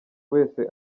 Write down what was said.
wese